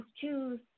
choose